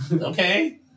okay